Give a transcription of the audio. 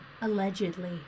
Allegedly